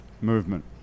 movement